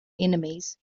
enemies